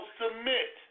submit